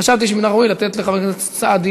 חשבתי שמן הראוי לתת לחבר הכנסת סעדי